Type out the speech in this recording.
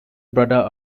brother